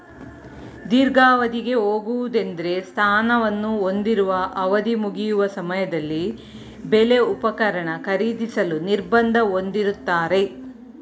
ದೀರ್ಘಾವಧಿಗೆ ಹೋಗುವುದೆಂದ್ರೆ ಸ್ಥಾನವನ್ನು ಹೊಂದಿರುವ ಅವಧಿಮುಗಿಯುವ ಸಮಯದಲ್ಲಿ ಬೆಲೆ ಉಪಕರಣ ಖರೀದಿಸಲು ನಿರ್ಬಂಧ ಹೊಂದಿರುತ್ತಾರೆ